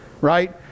right